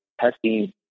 testing